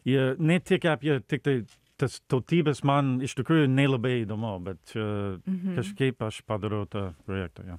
i ne tik apie tiktai tas tautybes man iš tikrųjų neabai įdomu bet čia kažkaip aš padarau tą projektą jo